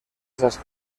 esas